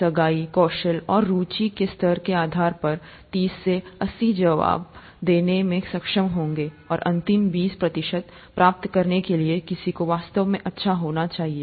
सगाई कौशल और रुचि के स्तर के आधार पर तीस से अस्सी जवाब देने में सक्षम होगा और अंतिम बीस प्रतिशत प्राप्त करने के लिए किसी को वास्तव में अच्छा होना चाहिए